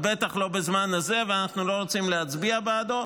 ובטח לא בזמן הזה ואנחנו לא רוצים להצביע בעדו,